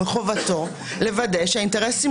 מחובתו של האפוטרופוס לוודא שהאינטרסים